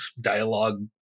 dialogue